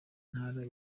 ntara